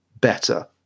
better